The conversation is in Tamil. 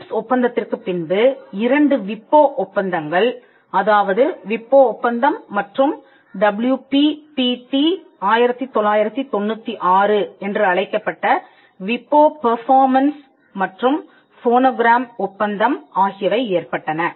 ட்ரிப்ஸ் ஒப்பந்தத்திற்குப் பின்பு இரண்டு விபோ ஒப்பந்தங்கள் அதாவது விபோ ஒப்பந்தம் மற்றும் WPPT1996 என்று அழைக்கப்பட்ட விபோ பெர்ஃபார்மன்ஸ் மற்றும் ஃபோனோகிராம் ஒப்பந்தம் ஆகியவை ஏற்பட்டன